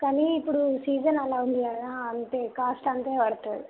కానీ ఇప్పుడు సీజన్ అలా ఉంది కదా అంతే కాస్ట్ అంతే పడుతుంది